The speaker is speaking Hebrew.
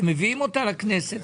מביאים אותה לכנסת,